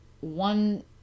one